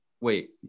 wait